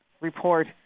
report